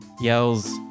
yells